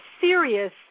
serious